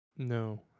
no